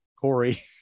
Corey